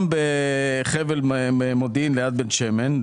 ממוקם בחבל מודיעין ליד בן שמן.